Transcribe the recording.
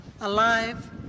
alive